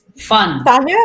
fun